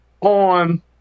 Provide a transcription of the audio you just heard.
on